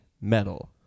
metal